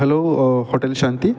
hello hotel Shanti